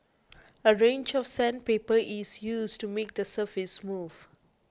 a range of sandpaper is used to make the surface smooth